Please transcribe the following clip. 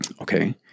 Okay